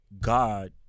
God